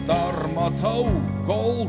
dar matau kol